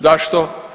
Zašto?